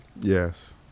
Yes